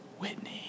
Whitney